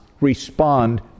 respond